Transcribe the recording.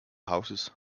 houses